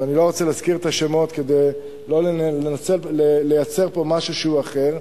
ואני לא רוצה להזכיר את השמות כדי לא לייצר פה משהו שהוא אחר.